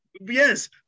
yes